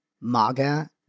MAGA